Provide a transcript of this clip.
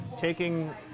taking